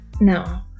No